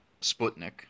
Sputnik